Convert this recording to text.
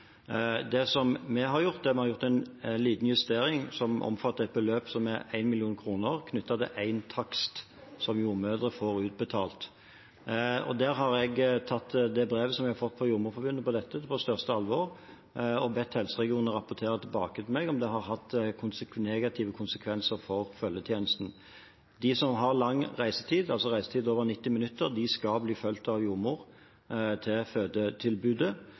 Vi har gjort en liten justering som omfatter et beløp på 1 mill. kr, knyttet til én takst som jordmødre får utbetalt. Jeg har tatt det brevet jeg fikk fra Jordmorforbundet om dette, på største alvor og bedt helseregionene rapportere tilbake til meg om det har hatt negative konsekvenser for følgetjenesten. De som har lang reisetid – altså reisetid over 90 minutter – skal bli fulgt av jordmor til fødetilbudet.